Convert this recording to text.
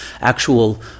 actual